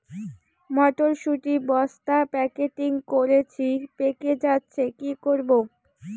মটর শুটি বস্তা প্যাকেটিং করেছি পেকে যাচ্ছে কি করব?